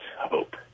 hope